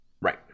Right